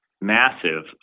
massive